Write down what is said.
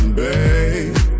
babe